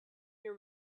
your